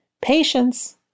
patience